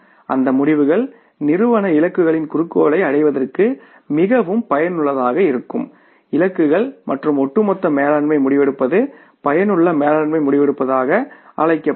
அந்த முடிவுகள் நிறுவன இலக்குகளின் குறிக்கோளை அடைவதற்கு மிகவும் பயனுள்ளதாக இருக்கும் இலக்குகள் மற்றும் ஒட்டுமொத்த மேலாண்மை முடிவெடுப்பது பயனுள்ள மேலாண்மை முடிவெடுப்பதாக அழைக்கப்படும்